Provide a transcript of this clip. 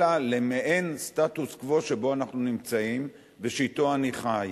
אלא למעין סטטוס-קוו שבו אנחנו נמצאים ושאתו אני חי.